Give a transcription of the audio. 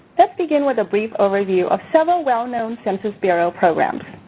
let's begin with a brief overview of several well-known census bureau programs.